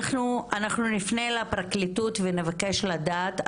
אנחנו נפנה לפרקליטות ונבקש לדעת,